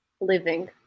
living